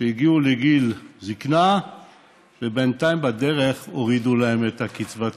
שהגיעו לגיל זקנה ובינתיים בדרך הורידו להם את קצבת הנכות: